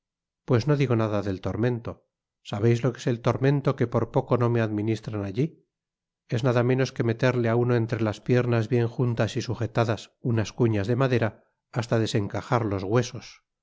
pues no digo nada del tormento sabeis lo que es el tor mento que por poco no me administran allí es nada menos que meterle á uno entre las piernas bien juntas y sujetadas unas cuñas de madera hasta desencajar los huesos